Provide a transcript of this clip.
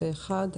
הצבעה אושרה.